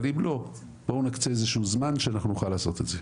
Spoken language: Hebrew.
אבל אם לא בואו נקצה איזשהו זמן שנוכל לעשות את זה.